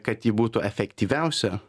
kad ji būtų efektyviausia